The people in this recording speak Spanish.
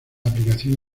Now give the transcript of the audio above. aplicación